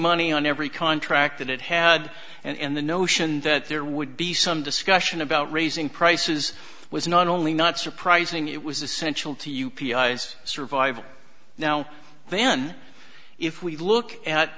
money on every contract that it had and the notion that there would be some discussion about raising prices was not only not surprising it was essential to u p i s survival now then if we look at